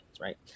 right